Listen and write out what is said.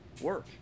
work